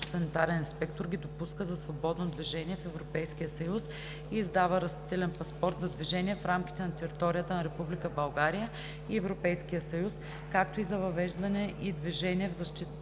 фитосанитарен инспектор ги допуска за свободно движение в Европейския съюз и издава растителен паспорт за движение в рамките на територията на Република България и Европейския съюз, както и за въвеждане и движение в защитени